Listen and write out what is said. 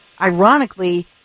ironically